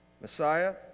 Messiah